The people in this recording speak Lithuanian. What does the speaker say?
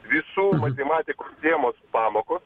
visų matematikos temos pamokos